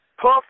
Puff